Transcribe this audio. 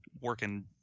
Working